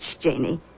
Janie